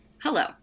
Hello